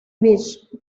beach